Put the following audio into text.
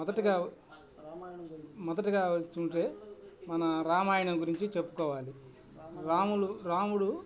మొదటిగా మొదటిగా వస్తుంటే మన రామాయణం గురించి చెప్పుకోవాలి రాములు రాముడు